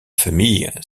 famille